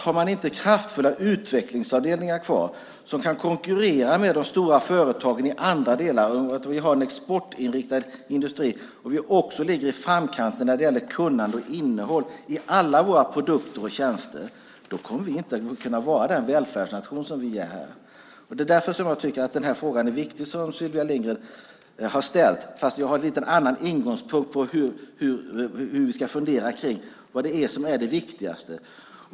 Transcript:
Har man inte kraftfulla utvecklingsavdelningar kvar som kan konkurrera med de stora företagen i andra delar av världen, för vi har en exportinriktad industri, så att vi också ligger i framkant när det gäller kunnande och innehåll i alla våra produkter och tjänster kommer vi inte att kunna vara den välfärdsnation som vi är. Det är därför jag tycker att den fråga som Sylvia Lindgren har ställt är viktig, fast jag har en lite annan ingångspunkt när det gäller hur vi ska fundera kring vad det är som är det viktigaste.